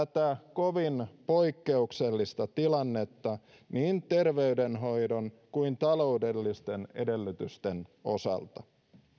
tätä kovin poikkeuksellista tilannetta niin terveydenhoidon kuin taloudellisten edellytysten osalta